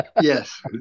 Yes